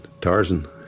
Tarzan